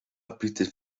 bietet